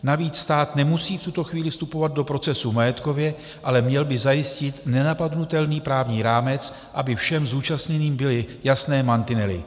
Navíc stát nemusí v tuto chvíli vstupovat do procesu majetkově, ale měl by zajistit nenapadnutelný právní rámec, aby všem zúčastněným byly jasné mantinely.